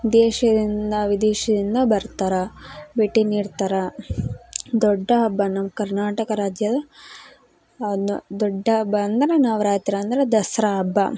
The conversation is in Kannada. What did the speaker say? ದೇಶದಿಂದ ವಿದೇಶದಿಂದ ಬರ್ತಾರೆ ಭೇಟಿ ನೀಡ್ತಾರೆ ದೊಡ್ಡ ಹಬ್ಬ ನಮ್ಮ ಕರ್ನಾಟಕ ರಾಜ್ಯದ ದೊಡ್ಡ ಹಬ್ಬ ಅಂದ್ರೆ ನವರಾತ್ರಿ ಅಂದ್ರೆ ದಸ್ರಾ ಹಬ್ಬ